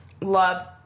love